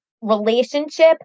relationship